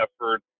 effort